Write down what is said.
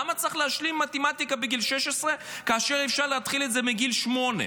למה צריך להשלים מתמטיקה בגיל 16 כאשר אפשר להתחיל את זה מגיל שמונה?